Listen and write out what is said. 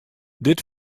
dit